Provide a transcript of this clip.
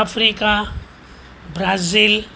Africa Brazil